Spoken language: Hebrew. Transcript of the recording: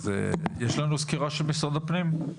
יש לנו סקירה של משרד הפנים?